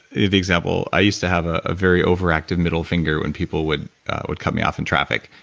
the the example, i used to have a ah very overactive middle finger when people would would cut me off in traffic.